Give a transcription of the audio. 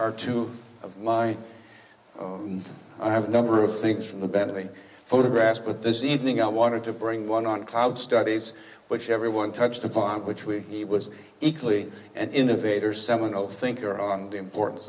or two of my i have a number of things from the bent of a photograph but this evening i wanted to bring one on cloud studies which everyone touched upon which we was equally an innovator seminal thinker on the importance